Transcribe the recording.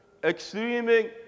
extreming